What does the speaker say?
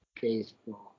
Baseball